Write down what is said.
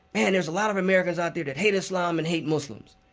and there's a lot of americans out there that hate islam and hate muslims,